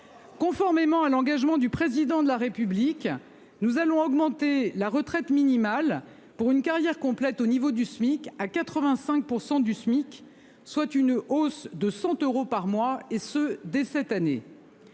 Conformément à l'engagement du président de la République. Nous allons augmenter la retraite minimale pour une carrière complète au niveau du SMIC à 85% du SMIC, soit une hausse de 100 euros par mois et ce dès cette année.